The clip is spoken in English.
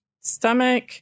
stomach